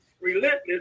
relentless